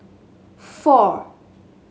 four